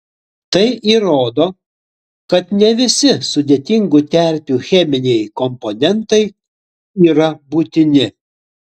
tai įrodo kad ne visi sudėtingų terpių cheminiai komponentai yra būtini